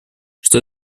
что